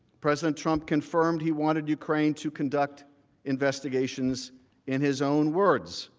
president trump confirmed he wanted ukraine to conduct investigations in his own words,